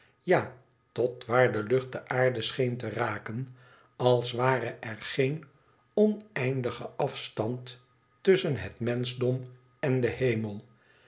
ja tot waar de lucht de aarde scheen te raken als ware er geen oneindige afstand tusschen het menschdom en den hemel